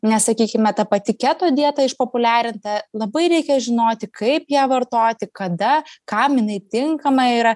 nes sakykime ta pati keto dieta išpopuliarinta labai reikia žinoti kaip ją vartoti kada kam jinai tinkama yra